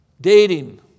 dating